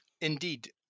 Indeed